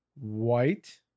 white